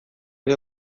ere